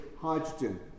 hydrogen